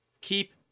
keep